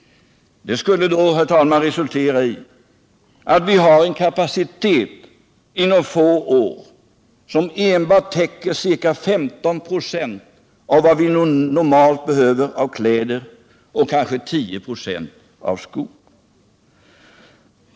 Det skulle resultera i att vi om något år har en kapacitet som bara täcker ca 15 96 av vad vi normalt behöver av kläder, och kanske 10 96 när det gäller skor.